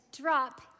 drop